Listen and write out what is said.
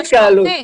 ההתקהלות.